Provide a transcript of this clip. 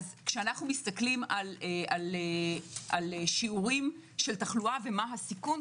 כשאנחנו מסתכלים על שיעורי תחלואה ומה הסיכון,